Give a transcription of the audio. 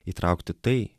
įtraukti tai